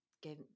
give